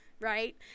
Right